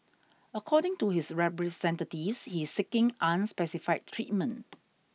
according to his representatives he is seeking unspecified treatment